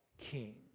king